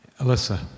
Alyssa